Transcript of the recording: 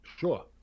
sure